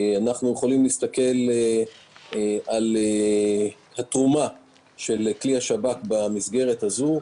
אנחנו יכולים להסתכל על התרומה של כלי השב"כ במסגרת הזו,